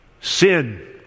Sin